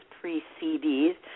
pre-CDs